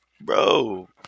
bro